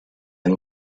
and